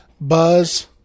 Buzz